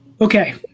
Okay